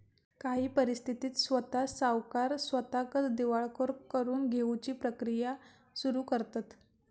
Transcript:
काही परिस्थितीत स्वता सावकार स्वताकच दिवाळखोर करून घेउची प्रक्रिया सुरू करतंत